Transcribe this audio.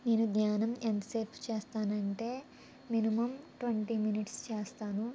నేను ధ్యానం ఎంతసేపు చేస్తాను అంటే మినిమం ట్వంటీ మినిట్స్ చేస్తాను